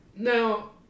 Now